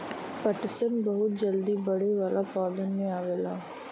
पटसन बहुत जल्दी बढ़े वाला पौधन में आवला